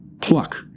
pluck